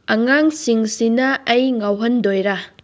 ꯑꯉꯥꯡꯁꯤꯡꯁꯤꯅ ꯑꯩ ꯉꯥꯎꯍꯟꯗꯣꯏꯔꯥ